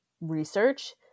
research